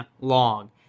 long